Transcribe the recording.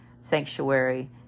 sanctuary